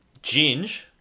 Ginge